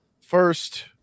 first